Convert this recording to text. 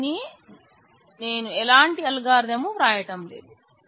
దీనికి నేన్ ఎలాంటి అల్గారిథం ను వ్రాయటం లేదు